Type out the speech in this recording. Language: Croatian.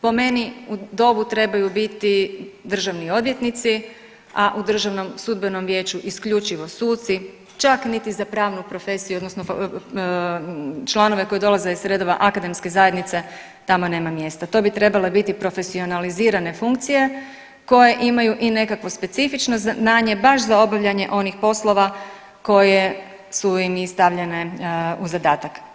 Po meni u DOV-u trebaju biti državni odvjetnici, a u DSV-u isključivo suci, čak niti za pravnu profesiju odnosno članove koji dolaze iz redova akademske zajednice tamo nema mjesta, to bi trebale biti profesionalizirane funkcije koje imaju i nekakvo specifično znanje baš za obavljanje onih poslova koje su im i stavljene u zadatak.